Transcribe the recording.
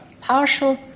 partial